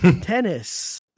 tennis